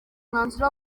umwanzuro